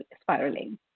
spiraling